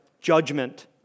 judgment